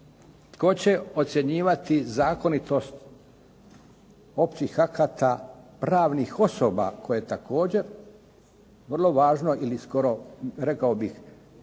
Tko će ocjenjivati zakonitost općih akata pravnih osoba koje također vrlo važno ili skoro rekao bih